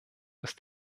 ist